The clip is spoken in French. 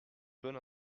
bonne